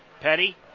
Petty